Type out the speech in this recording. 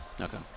Okay